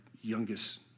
youngest